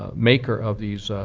ah maker of these